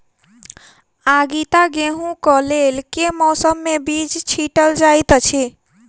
आगिता गेंहूँ कऽ लेल केँ मौसम मे बीज छिटल जाइत अछि?